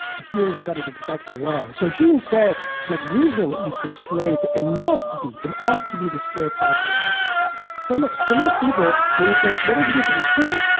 hume's got it exactly wrong. so, hume said that reason is the slave. it and must be, and ought to be, the slave to our passions so you know, for most people, when you say what does it mean to be free,